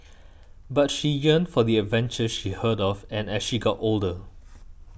but she yearned for the adventures she heard of and as she got older